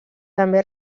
també